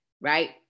right